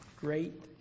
great